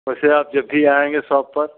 वैसे आप जब भी आएँगे शॉप पर